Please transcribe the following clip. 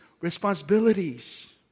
responsibilities